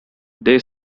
they